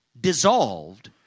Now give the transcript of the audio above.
dissolved